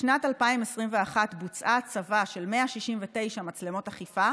בשנת 2021 בוצעה הצבה של 169 מצלמות אכיפה